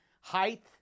height